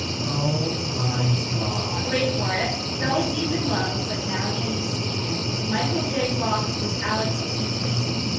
oh my god. wait for it. fell deep in love but now we ain't speakin'. michael j. fox was alex p. keaton.